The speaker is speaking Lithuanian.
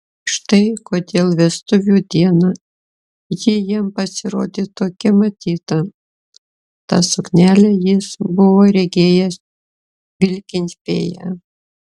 štai kodėl vestuvių dieną ji jam pasirodė tokia matyta tą suknelę jis buvo regėjęs vilkint fėją